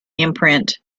imprint